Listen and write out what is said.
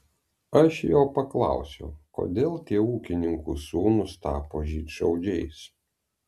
aš jo paklausiau kodėl tie ūkininkų sūnūs tapo žydšaudžiais